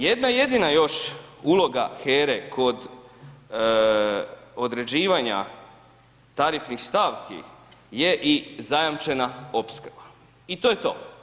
Jedna jedina još uloga HERE kod određivanja tarifnih stavki je i zajamčena opskrba i to je to.